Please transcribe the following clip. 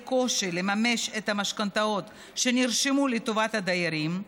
יהיה קושי לממש את המשכנתאות שנרשמו לטובת הדיירים,